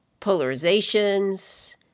polarizations